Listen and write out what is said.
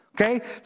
Okay